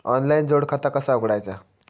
Online जोड खाता कसा उघडायचा?